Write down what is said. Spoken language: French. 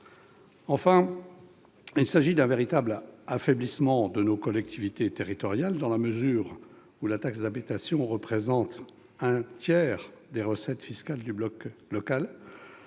enfin d'un véritable affaiblissement de nos collectivités territoriales dans la mesure où la taxe d'habitation représente un tiers des recettes fiscales du bloc local.